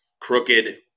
crooked